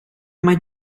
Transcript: mai